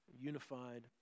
Unified